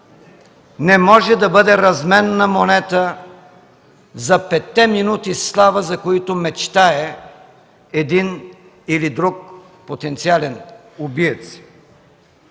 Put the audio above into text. не може да бъде разменна монета за петте минути слава, за които мечтае един или друг потенциален убиец.